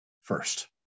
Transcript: first